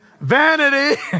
vanity